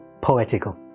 poetical